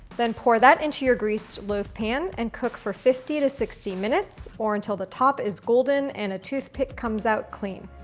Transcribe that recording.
then pour that into your greased loaf pan and cook for fifty to sixty minutes or until the top is golden and a toothpick comes out clean.